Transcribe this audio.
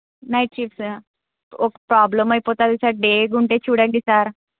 night shifts ఓ problem అయిపోతుంది sir day ఉంటే చూడండి సార్